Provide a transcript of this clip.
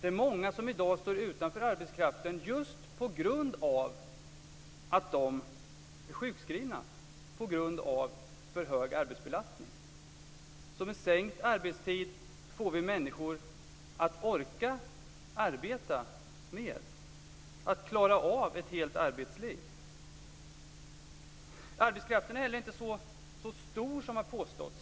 Det är många som i dag står utanför arbetskraften just på grund av att de är sjukskrivna beroende på för hög arbetsbelastning. Så med sänkt arbetstid får vi människor att orka arbeta mer, att klara av ett helt arbetsliv. Arbetskraftsbristen är heller inte så stor som har påståtts.